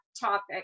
topic